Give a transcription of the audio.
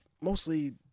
mostly